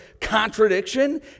contradiction